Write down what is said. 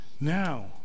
Now